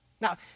Now